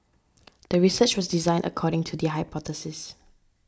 the research was designed according to the hypothesis